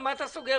מה אתה סוגר?